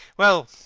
well,